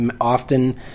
Often